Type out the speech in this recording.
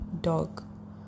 dog